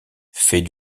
fait